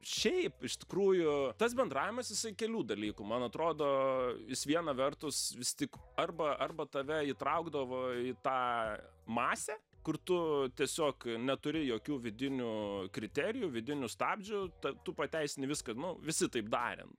šiaip iš tikrųjų tas bendravimas jisai kelių dalykų man atrodo jis viena vertus vis tik arba arba tave įtraukdavo į tą masę kur tu tiesiog neturi jokių vidinių kriterijų vidinių stabdžių ta tu pateisini viską nu visi taip darėm